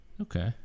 Okay